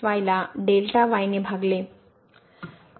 आता फंक्शनमधे हे बदलून घ्या